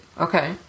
Okay